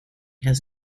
has